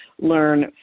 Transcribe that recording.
learn